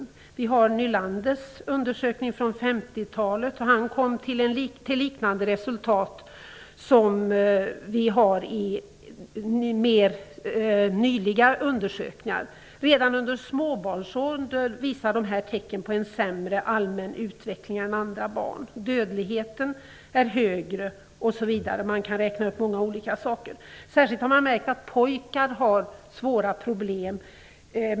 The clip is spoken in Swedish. Nylander kom i sin undersökning på 1950-talet fram till resultat liknande dem som framkommit i mer nyligen gjorda undersökningar. Redan under småbarnsåldern visar dessa barn tecken på en sämre allmän utveckling än andra barn. Dödligheten är högre osv. - man kan räkna upp många olika saker. Man har särskilt märkt att pojkar har svåra problem.